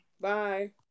bye